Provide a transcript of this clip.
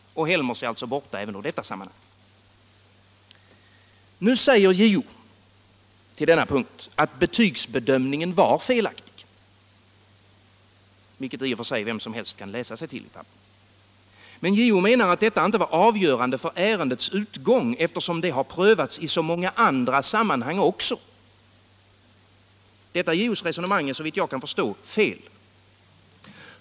Och Helmers är alltså borta även ur detta sammanhang. Nu säger JO till denna punkt att betygsbedömningen var felaktig, vilket i och för sig vem som helst kan läsa sig till i papperen. Men JO menar att detta inte var avgörande för ärendets utgång, eftersom det prövats i så många andra sammanhang också. Detta JO:s resonemang är såvitt jag kan förstå felaktigt.